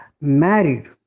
married